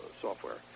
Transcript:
software